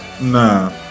Nah